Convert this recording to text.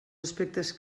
aspectes